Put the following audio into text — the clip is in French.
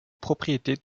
propriété